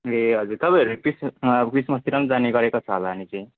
ए हजुर तपाईँहरू क्रिस क्रिसमसतिर पनि जाने गरेको छ होला अनि चाहिँ